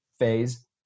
phase